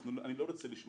אני לא רוצה לשמוע